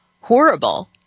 horrible